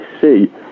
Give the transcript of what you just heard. see